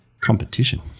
competition